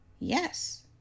Yes